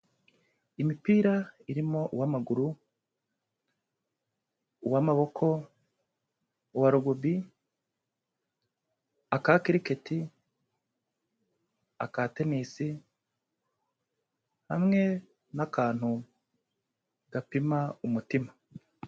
Imipira irimo uw'amaguru, uw'amaboko, uwa rugubi, aka cricket, aka tennis, hamwe n'akantu gapima umutima.